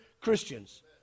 Christians